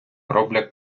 роблять